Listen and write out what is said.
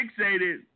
fixated